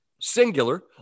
singular